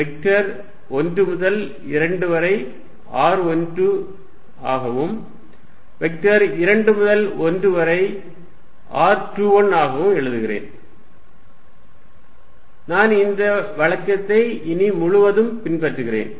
எனவே வெக்டர் 1 முதல் 2 வரை r12 ஆகவும் வெக்டர் 2 முதல் 1 வரை r21 ஆகவும் எழுதுகிறேன் நான் இந்த வழக்கத்தை இனி முழுவதும் பின்பற்றுகிறேன்